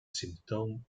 symptoom